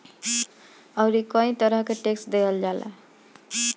अउरी कई तरह के टेक्स देहल जाला